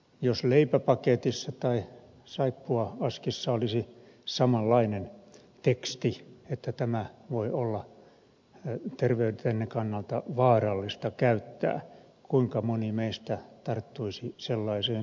jos leipäpaketissa tai saippua askissa olisi samanlainen teksti että tämä voi olla terveytenne kannalta vaarallista käyttää kuinka moni meistä tarttuisi sellaiseen tuotteeseen